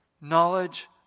Knowledge